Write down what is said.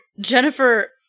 Jennifer